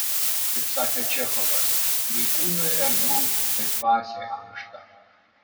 kaip sakė čechovas jei kūnui erdvu tai dvasiai ankšta